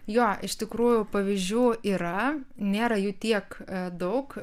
jo iš tikrųjų pavyzdžių yra nėra jų tiek daug